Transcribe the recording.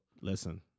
Listen